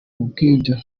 kubw’ibyo